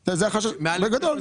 זה החשש, בגדול?